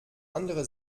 andere